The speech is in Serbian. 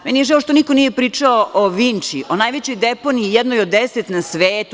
Meni je žao što niko nije pričao o Vinči, o najvećoj deponiji, jednoj od 10 na svetu.